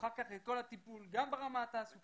אחר כך את כל הטיפול גם ברמה התעסוקתית,